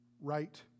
right